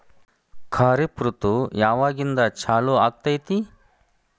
ಖಾರಿಫ್ ಋತು ಯಾವಾಗಿಂದ ಚಾಲು ಆಗ್ತೈತಿ?